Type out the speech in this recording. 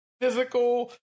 physical